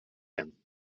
him